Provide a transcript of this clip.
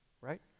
right